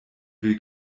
will